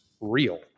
real